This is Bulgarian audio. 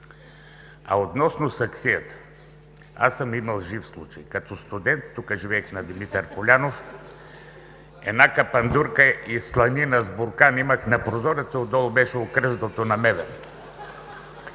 А относно саксията, аз съм имал жив случай, като студент тук живеех на „Димитър Полянов“ – една капандурка и сланина с буркан имах на прозорец. Отдолу беше Окръжното на МВР?